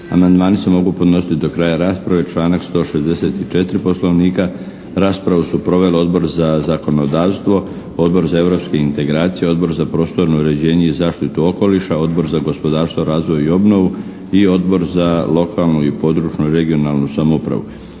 Amandmani se mogu podnositi do kraja rasprave, članak 164. Poslovnika. Raspravu su proveli Odbor za zakonodavstvo, Odbor za europske integracije, Odbor za prostorno uređenje i zaštitu okoliša, Odbor za gospodarstvo, razvoj i obnovu i Odbor za lokalnu i područnu regionalnu samoupravu.